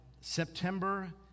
September